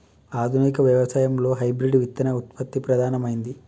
ఆధునిక వ్యవసాయం లో హైబ్రిడ్ విత్తన ఉత్పత్తి ప్రధానమైంది